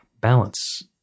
balance